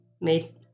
made